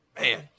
man